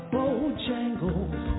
Bojangles